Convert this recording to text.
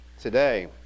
today